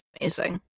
amazing